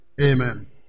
Amen